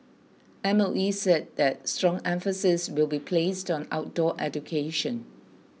M O E said that strong emphasis will be placed on outdoor education